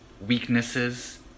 weaknesses